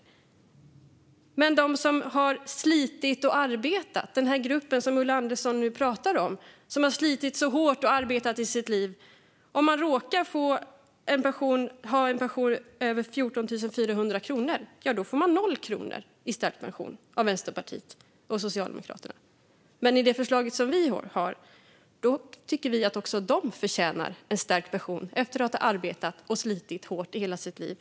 Jag tänker på dem som har slitit och arbetat hårt i sitt liv, den grupp som Ulla Andersson nu pratade om. Om man råkar ha en pension över 14 400 kronor får man 0 kronor i stärkt pension av Vänsterpartiet och Socialdemokraterna. Men vi tycker att också de förtjänar en stärkt pension efter att ha arbetat och slitit hårt i hela sitt liv.